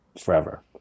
forever